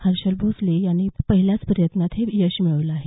हर्षल भोसले यानं पहिल्याच प्रयत्नातच हे यश मिळवलं आहे